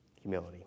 humility